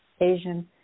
Asian